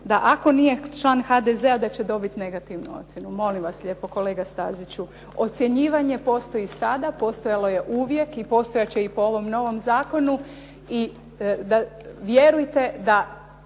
da ako nije član HDZ da će dobit negativnu ocjenu. Molim vas lijepo kolega Staziću, ocjenjivanje postoji sada, postojalo je uvijek i postojat će i po ovom novom zakonu